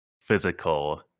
physical